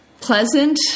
pleasant